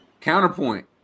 counterpoint